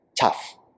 tough